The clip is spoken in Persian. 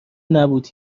نبوده